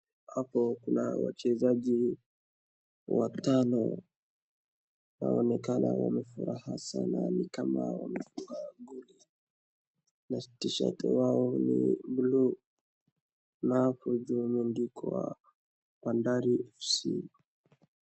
Hapo kuna wachezaji watano. Inaonekana wamefuraha sana ni kama wamefunga goli, na tishati yao ni bluu, na hapo juu imeandikwa Bandari FC.